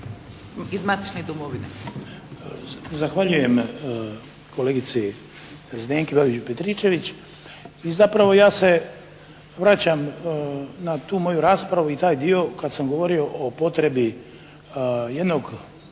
Ivan (HDZ)** Zahvaljujem kolegici Zdenki Babić Petričević i zapravo ja se vraćam na tu moju raspravu i taj dio kada sam govorio o potrebi jednog